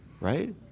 Right